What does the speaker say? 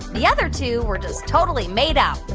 the other two were just totally made-up.